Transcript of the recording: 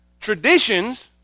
Traditions